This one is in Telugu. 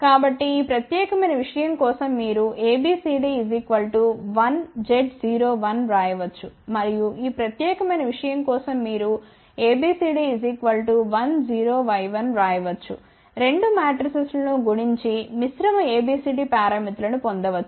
కాబట్టి ఈ ప్రత్యేకమైన విషయం కోసం మీరు A B C D 1 Z 0 1 వ్రాయవచ్చు మరియు ఈ ప్రత్యేకమైన విషయం కోసం మీరు A B C D 1 0 Y 1 వ్రాయవచ్చు 2 మాట్రిసెస్ ను గుణించి మిశ్రమ ABCD పారామితులను పొందండి